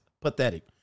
pathetic